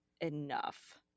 enough